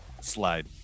slide